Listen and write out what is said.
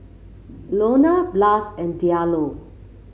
Ilona Blas and Diallo